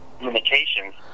limitations